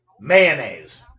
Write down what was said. mayonnaise